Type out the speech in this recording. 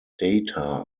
data